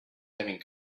having